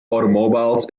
automobiles